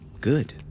good